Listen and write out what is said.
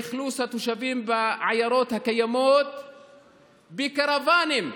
ואכלוס התושבים בעיירות הקיימות בקרוואנים,